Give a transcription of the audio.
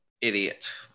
idiot